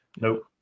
Nope